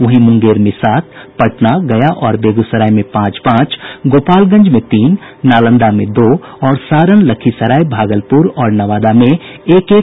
वहीं मुंगेर में सात पटना गया और बेगूसराय में पांच पांच गोपालगंज में तीन नालंदा में दो और सारण लखीसराय भागलपुर और नवादा में एक एक मामले सामने आये हैं